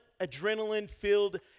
adrenaline-filled